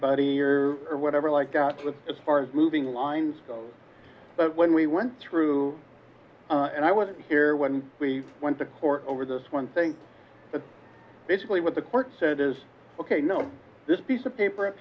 buddy or whatever like as far as moving lines but when we went through and i wasn't here when we went to court over this one thing but basically what the court said is ok no this piece of paper up